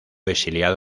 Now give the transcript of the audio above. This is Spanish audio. exiliado